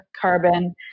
carbon